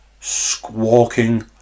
squawking